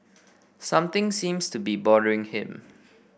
something seems to be bothering him